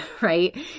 right